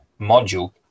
module